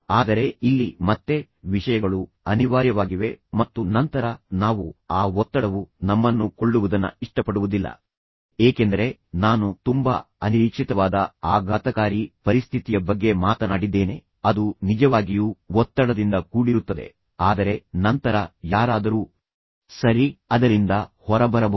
ಆದರೆ ಇಲ್ಲಿ ಮತ್ತೆ ವಿಷಯಗಳು ಅನಿವಾರ್ಯವಾಗಿವೆ ಮತ್ತು ನಂತರ ನಾವು ಆ ಒತ್ತಡವು ನಮ್ಮನ್ನು ಕೊಳ್ಳುವುದನ್ನ ಇಷ್ಟಪಡುವುದಿಲ್ಲ ಏಕೆಂದರೆ ನಾನು ತುಂಬಾ ಅನಿರೀಕ್ಷಿತವಾದ ಆಘಾತಕಾರಿ ಪರಿಸ್ಥಿತಿಯ ಬಗ್ಗೆ ಮಾತನಾಡಿದ್ದೇನೆ ಅದು ನಿಜವಾಗಿಯೂ ಒತ್ತಡದಿಂದ ಕೂಡಿರುತ್ತದೆ ಆದರೆ ನಂತರ ಯಾರಾದರೂ ಸರಿ ಅದರಿಂದ ಹೊರಬರಬಹುದು